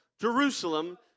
Jerusalem